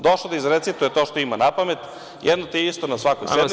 Došlo da izrecituje to što ima napamet, jedno te isto na svakoj sednici…